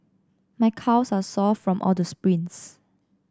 my calves are sore from all the sprints